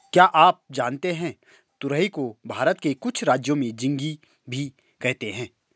क्या आप जानते है तुरई को भारत के कुछ राज्यों में झिंग्गी भी कहते है?